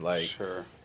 Sure